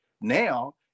now